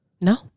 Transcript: No